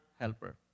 helper